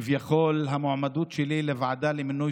שכביכול המועמדות שלי לוועדה למינוי